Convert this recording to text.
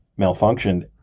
malfunctioned